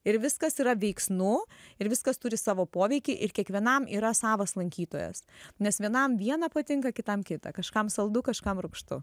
ir viskas yra veiksnu ir viskas turi savo poveikį ir kiekvienam yra savas lankytojas nes vienam vieną patinka kitam kitą kažkam saldu kažkam rūgštu